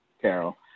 Carol